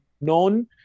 known